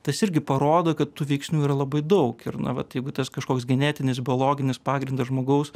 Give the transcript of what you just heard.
tas irgi parodo kad tų veiksnių yra labai daug ir na vat jeigu tas kažkoks genetinis biologinis pagrindas žmogaus